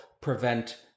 prevent